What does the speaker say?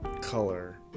color